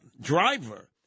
driver